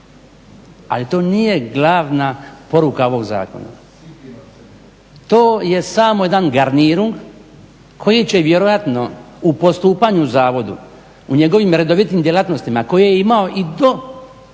Ali to nije glavna poruka ovoga Zakona. To je samo jedan …/Govornik se ne razumije./… koji će vjerojatno u postupanju Zavodu, u njegovim redovitim djelatnostima koje je imao i do